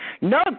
No